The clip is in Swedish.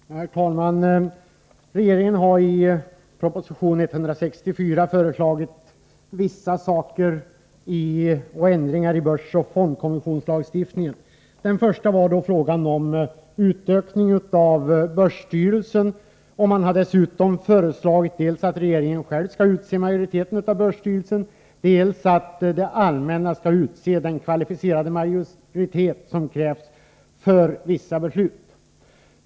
Herr talman! Regeringen har i proposition nr 164 föreslagit vissa ändringar av börsoch fondkommissionslagstiftningen. Den första gäller en utökning av börsstyrelsen. Dessutom föreslås att regeringen själv skall tillsätta majoriteten i börsstyrelsen samt att det allmänna skall utse den kvalificerade majoritet som krävs för vissa beslut.